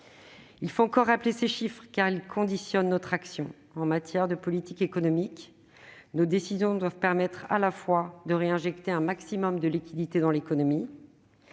Il faut encore rappeler ces chiffres, car ils conditionnent notre action. En matière de politique économique, nos décisions doivent permettre à la fois de réinjecter un maximum de liquidités dans l'économie,